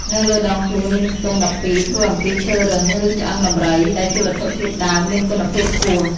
នៅលើដងខ្លួនមានខ្ទង់ ១២ ធ្វើអំពីឈើរឹង ឬឆ្អឹងដំរី ដែលជាវត្ថុធាតុដើមមានគុណភាពខ្ពស់។